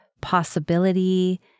possibility